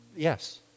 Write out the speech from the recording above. Yes